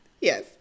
yes